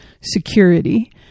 security